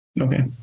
Okay